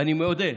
ואני מודה,